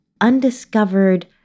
undiscovered